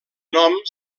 nom